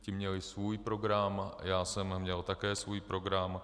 Ti měli svůj program, já jsem měl také svůj program.